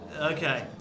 okay